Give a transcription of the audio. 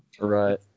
Right